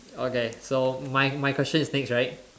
okay so my my question is next right